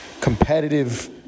competitive